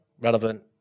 relevant